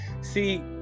see